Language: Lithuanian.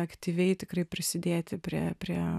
aktyviai tikrai prisidėti prie prie